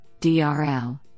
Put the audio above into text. DRL